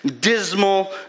dismal